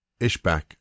Ishbak